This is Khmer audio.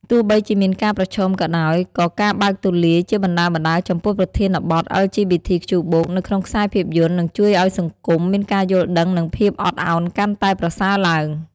ទោះបីជាមានការប្រឈមក៏ដោយ ក៏ការបើកទូលាយជាបណ្តើរៗចំពោះប្រធានបទ អិល ជី ប៊ី ធី ខ្ជូ បូក (LGBTQ+) នៅក្នុងខ្សែភាពយន្ត នឹងជួយឲ្យសង្គមមានការយល់ដឹង និងភាពអត់អោនកាន់តែប្រសើរឡើង។